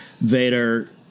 Vader